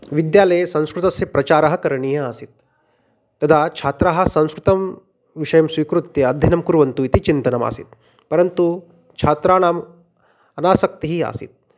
विद्यालये संस्कृतस्य प्रचारः करणीयः आसीत् तदा छात्राः संस्कृतविषयं स्वीकृत्य अध्ययनं कुर्वन्तु इति चिन्तनमासीत् परन्तु छात्राणाम् अनासक्तिः आसीत्